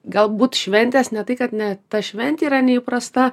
galbūt šventės ne tai kad ne ta šventė yra neįprasta